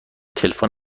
تلفن